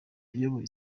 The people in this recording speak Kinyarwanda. iyoboye